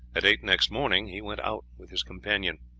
at eight next morning he went out with his companion.